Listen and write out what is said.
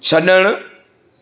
छड॒णु